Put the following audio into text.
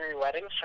weddings